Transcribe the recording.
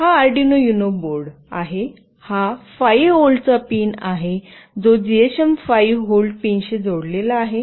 हा Arduino Uno board आहे हा 5 व्होल्टचा पिन आहे जो जीएसएम 5 व्होल्ट पिनशी जोडलेला आहे